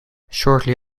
shortly